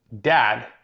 dad